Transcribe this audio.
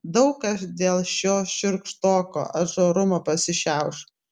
daug kas dėl šio šiurkštoko atžarumo pasišiauš